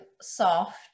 soft